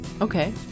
Okay